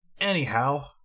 Anyhow